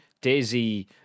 Daisy